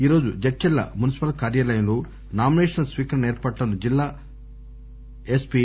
ఈరోజు జడ్చర్ల మున్సిపల్ కార్యాలయంలో నామినేషన్ల స్వీకరణ ఏర్పాట్లను జిల్లా ఎస్ పి